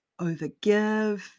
overgive